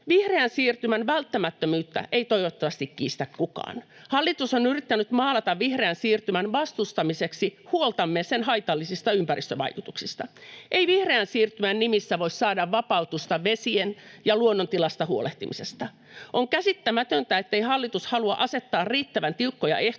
Vihreän siirtymän välttämättömyyttä ei toivottavasti kiistä kukaan. Hallitus on yrittänyt maalata vihreän siirtymän vastustamiseksi huoltamme sen haitallisista ympäristövaikutuksista. Ei vihreän siirtymän nimissä voi saada vapautusta vesien ja luonnon tilasta huolehtimisesta. On käsittämätöntä, ettei hallitus halua asettaa riittävän tiukkoja ehtoja